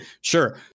sure